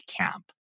camp